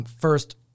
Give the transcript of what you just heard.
first